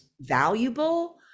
valuable